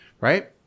Right